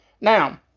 Now